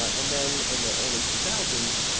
and then in the early two thousand s,